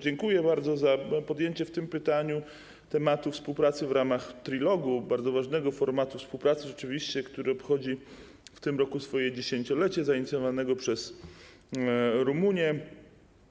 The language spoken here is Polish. Dziękuję bardzo za podjęcie w tym pytaniu tematu współpracy w ramach Trilogu, rzeczywiście bardzo ważnego formatu współpracy, który obchodzi w tym roku swoje dziesięciolecie, zainicjowanego przez Rumunię,